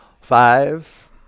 Five